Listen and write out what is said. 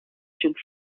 should